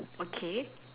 okay